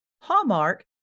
Hallmark